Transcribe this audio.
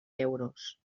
euros